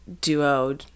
duo